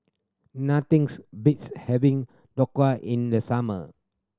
nothing's beats having Dhokla in the summer